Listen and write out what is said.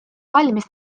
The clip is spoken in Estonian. valmis